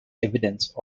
evidence